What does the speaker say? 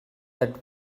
that